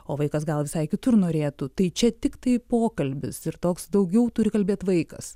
o vaikas gal visai kitur norėtų tai čia tiktai pokalbis ir toks daugiau turi kalbėt vaikas